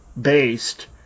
based